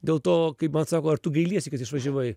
dėl to kaip man sako ar tu gailiesi kad išvažiavai